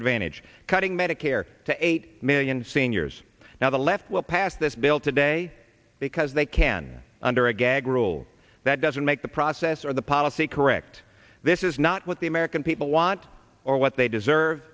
advantage cutting medicare to eight million seniors now the left will pass this bill today because they can under a gag rule that doesn't make the process or the policy correct this is not what the american people want or what they deserve